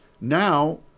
now